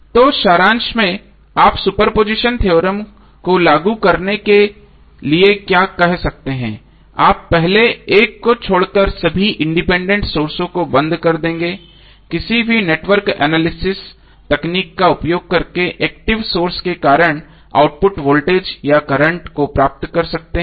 तो सारांश में आप सुपरपोजिशन थ्योरम को लागू करने के लिए क्या कह सकते हैं आप पहले एक को छोड़कर सभी इंडिपेंडेंट सोर्सों को बंद कर देंगे किसी भी नेटवर्क एनालिसिस तकनीक का उपयोग करके एक्टिव सोर्स के कारण आउटपुट वोल्टेज या करंट को प्राप्त कर सकते है